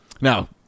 Now